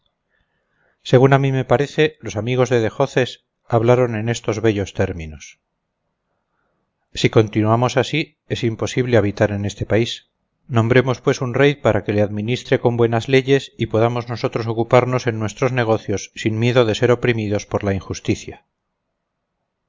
según a mí me parece los amigos de dejoces hablaron en estos bellos términos si continuamos así es imposible habitar en este país nombremos pues un rey para que le administre con buenas leyes y podamos nosotros ocuparnos en nuestros negocios sin miedo de ser oprimidos por la injusticia